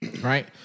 right